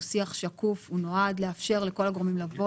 הוא שיח שקוף והוא נועד לאפשר לכל הגורמים לבוא